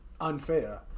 unfair